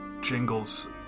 jingles